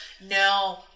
No